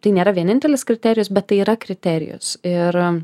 tai nėra vienintelis kriterijus bet tai yra kriterijus ir